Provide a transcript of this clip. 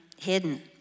hidden